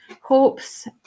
hopes